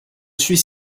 suis